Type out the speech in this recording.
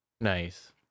Nice